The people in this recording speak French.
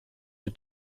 des